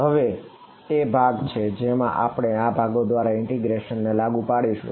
હવે તે ભાગ છે જેમાં આપણે ભાગો દ્વારા ઇન્ટિગ્રેશન ને લાગુ પાડીશું